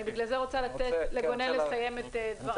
אני רוצה לתת לגונן לסיים את דבריו.